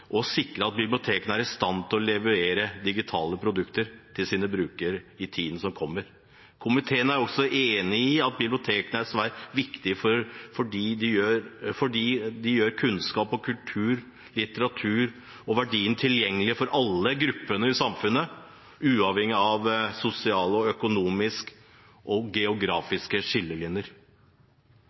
å levere digitale produkter til sine brukere i tiden som kommer. Komiteen er enig i at bibliotekene er svært viktige, fordi de gjør kunnskap, kultur, litteratur og verdier tilgjengelig for alle grupper i samfunnet, uavhengig av sosiale, økonomiske og geografiske skillelinjer. Folkebibliotekene er viktige lavterskeltilbud som kulturarenaer, kan være en integreringsarena og